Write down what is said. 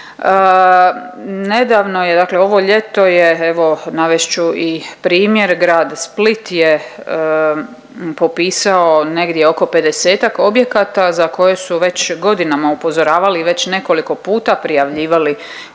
Nedavno je dakle ovo ljeto je evo, navest ću i primjer, Grad Split je popisao negdje oko 50-ak objekata za koje su već godinama upozoravali i već nekoliko puta prijavljivali